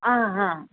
ಹಾಂ ಹಾಂ